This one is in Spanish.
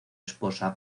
esposa